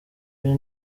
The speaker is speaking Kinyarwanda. ari